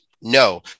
No